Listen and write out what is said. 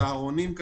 צהרונים,